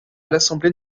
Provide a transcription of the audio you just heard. l’assemblée